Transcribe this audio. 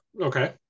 okay